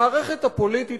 המערכת הפוליטית,